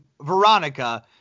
Veronica